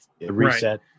reset